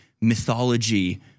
mythology